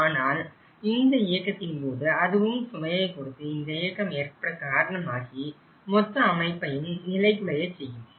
ஆனால் இந்த இயக்கத்தின் போது அதுவும் சுமையை கொடுத்து இந்த இயக்கம் ஏற்பட காரணமாகி மொத்த அமைப்பையும் நிலைகுலையச் செய்யும்